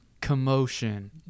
Commotion